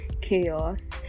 chaos